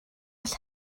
all